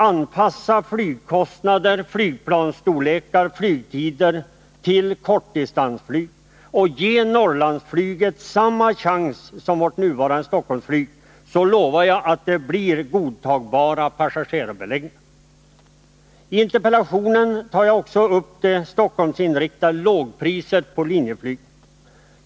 Anpassa flygkostnader, flygplansstorlekar, flygtider och kortdistansflyg och ge Norrlandsflyget samma chans som vårt nuvarande Stockholmsflyg, så lovar jag att det blir en godtagbar passagerarbeläggning. I interpellationen tar jag också upp det Stockholmsinriktade lågpriset på Linjeflyg.